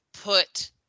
put